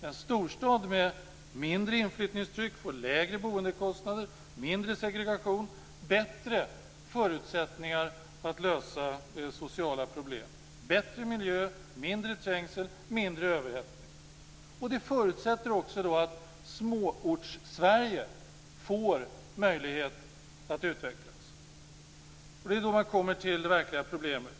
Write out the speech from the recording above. En storstad med mindre inflyttningstryck får lägre boendekostnader, mindre segregation, bättre förutsättningar att lösa sociala problem, bättre miljö, mindre trängsel och mindre överhettning. Och det förutsätter att Småortssverige får möjlighet att utvecklas. Det är då man kommer till det verkliga problemet.